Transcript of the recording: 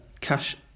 cash